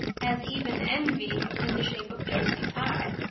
as even envy, in the shape of josie pye,